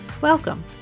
Welcome